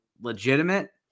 legitimate